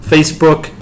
Facebook